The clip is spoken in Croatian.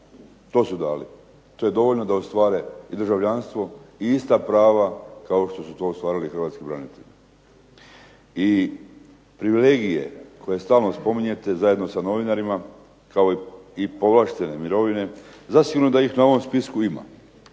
To su dali. To je dovoljno da ostvare i državljanstvo i ista prava kao što su to ostvarili hrvatski branitelji. I privilegije koje stalno spominjete zajedno s novinarima, kao i povlaštene mirovine, zasigurno da ih na ovom spisku ima,